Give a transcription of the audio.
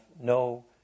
no